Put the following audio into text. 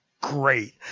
great